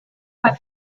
mein